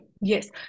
Yes